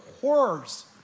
horrors